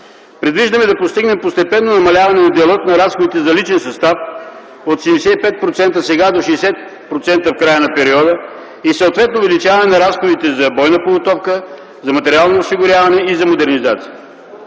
Предвиждаме да постигнем постепенно намаляване на дела на разходите за личен състав от 75% сега до 60% в края на периода и съответно увеличаване на разходите за бойна подготовка, за материално осигуряване и за модернизация.